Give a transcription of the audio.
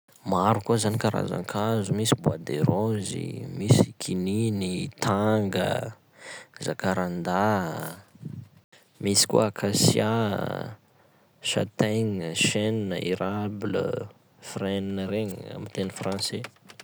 Maro koa zany karazan-kazo: misy bois de rose i, misy kininy i, tanga, jacaranda, misy koa acacia a, chateigne, chêne, érable, frêne regny amy teny français.